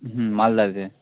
হুম মালদাতে